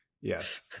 Yes